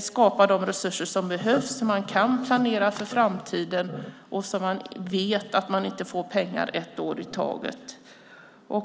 skapa de resurser som behövs så att de kan planera för framtiden. Det ska inte bara komma pengar för ett år i taget.